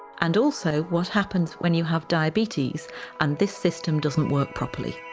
and also what happens when you have diabetes and this system doesn't work properly.